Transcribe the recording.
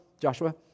Joshua